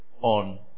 on